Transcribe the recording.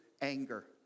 anger